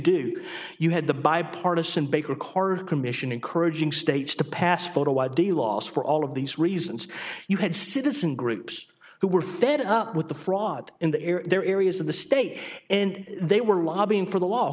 do you had the bipartisan baker card commission encouraging states to pass photo id laws for all of these reasons you had citizen groups who were fed up with the fraud in the air their areas of the state and they were lobbying for the law